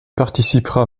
participera